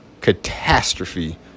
catastrophe